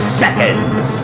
seconds